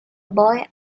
boy